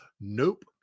Nope